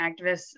activists